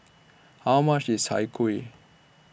How much IS Chai Kueh